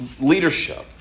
leadership